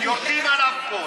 יוצאים עליו פה.